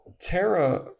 Tara